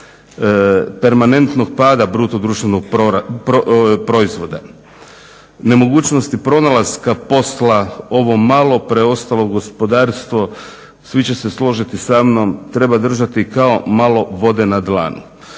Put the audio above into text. permanentnog pada bruto društvenog proizvoda, nemogućnosti pronalaska posla ovo malo preostalo gospodarstvo svi se složiti sa mnom treba držati kao malo vode na dlanu,